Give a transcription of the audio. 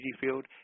field